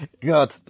God